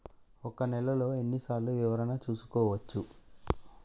ఒక నెలలో ఎన్ని సార్లు వివరణ చూసుకోవచ్చు?